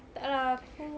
tak lah aku